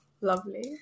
lovely